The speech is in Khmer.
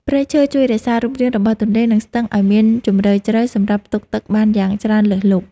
ព្រៃឈើជួយរក្សារូបរាងរបស់ទន្លេ និងស្ទឹងឱ្យមានជម្រៅជ្រៅសម្រាប់ផ្ទុកទឹកបានយ៉ាងច្រើនលើសលប់។